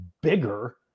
bigger